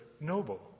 noble